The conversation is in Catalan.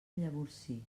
llavorsí